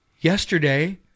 yesterday